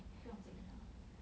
不用紧 liao